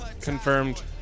Confirmed